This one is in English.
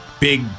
big